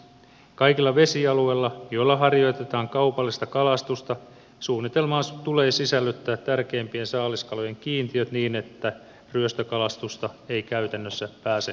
kaikilla vesialueilla joilla harjoitetaan kaupallista kalastusta suunnitelmaan tulee sisällyttää tärkeimpien saaliskalojen kiintiöt niin että ryöstökalastusta ei käytännössä pääse tapahtumaan